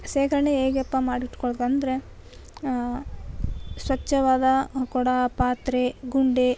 ಶೇಖರಣೆ ಹೇಗಪ್ಪ ಮಾಡಿಟ್ಕೊಳ್ಳದು ಅಂದರೆ ಸ್ವಚ್ಛವಾದ ಕೊಡ ಪಾತ್ರೆ ಗುಂಡೆ